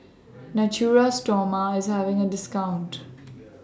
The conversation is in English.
Natura Stoma IS having A discount